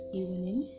evening